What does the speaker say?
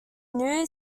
new